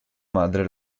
madre